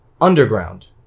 Underground